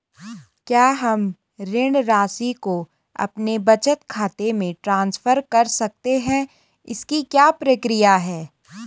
क्या हम ऋण राशि को अपने बचत खाते में ट्रांसफर कर सकते हैं इसकी क्या प्रक्रिया है?